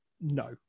no